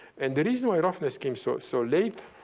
and the reason why roughness came so so late,